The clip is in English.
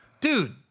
dude